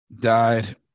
died